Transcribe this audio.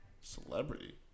Celebrity